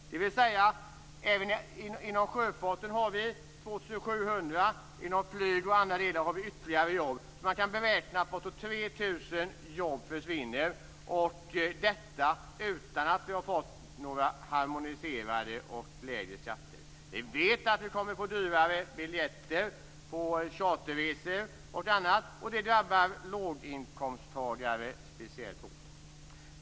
Även inom sjöfarten är det 2 700 jobb och inom flyg och annat är det ytterligare jobb, så man kan beräkna att bortåt 3 000 jobb försvinner. Detta sker utan att vi har fått några harmoniserade och lägre skatter. Vi vet att biljetter till charterresor och annat kommer att bli dyrare, och det drabbar låginkomsttagare speciellt hårt.